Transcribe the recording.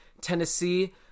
Tennessee